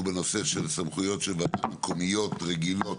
בנושא של סמכויות של ועדות מקומיות רגילות.